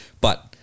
But-